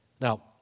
Now